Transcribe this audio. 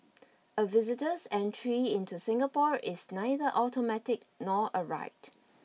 a visitor's entry into Singapore is neither automatic nor a right